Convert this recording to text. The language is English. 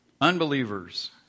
unbelievers